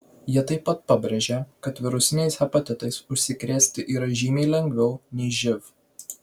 jie taip pat pabrėžė kad virusiniais hepatitais užsikrėsti yra žymiai lengviau nei živ